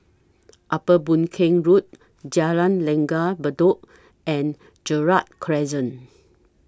Upper Boon Keng Road Jalan Langgar Bedok and Gerald Crescent